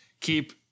keep